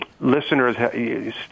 listeners